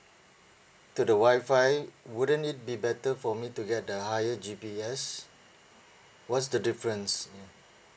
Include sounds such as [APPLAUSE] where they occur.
to the WI-FI wouldn't it be better for me to get the higher G_P_S what's the difference [NOISE]